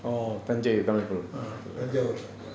ah thanja ஊர்ல:oorla